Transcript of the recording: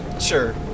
Sure